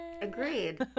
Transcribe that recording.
agreed